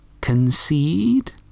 Concede